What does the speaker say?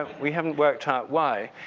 ah we haven't worked out why.